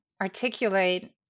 articulate